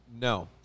No